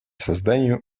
созданию